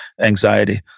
anxiety